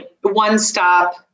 one-stop